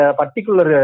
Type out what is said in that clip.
particular